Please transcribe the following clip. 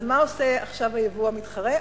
אז מה עושה עכשיו היבוא המתחרה?